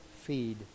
feed